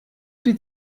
die